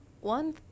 One